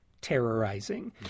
terrorizing